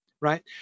Right